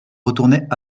retournaient